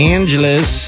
Angeles